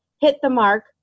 hit-the-mark